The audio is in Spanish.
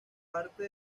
parte